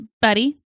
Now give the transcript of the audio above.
Buddy